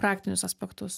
praktinius aspektus